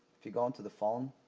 if you go onto the phone